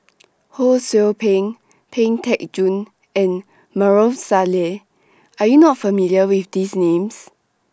Ho SOU Ping Pang Teck Joon and Maarof Salleh Are YOU not familiar with These Names